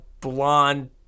blonde